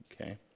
Okay